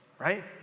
right